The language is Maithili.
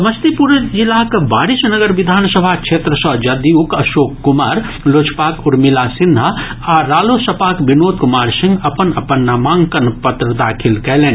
समस्तीपुर जिलाक वारिसनगर विधानसभा क्षेत्र सँ जदयूक अशोक कुमार लोजपाक उर्मिला सिन्हा आ रालोसपाक विनोद कुमार सिंह अपन अपन नामांकन पत्र दाखिल कयलनि